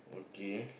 okay